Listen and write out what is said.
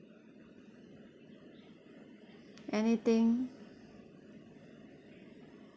anything